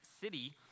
city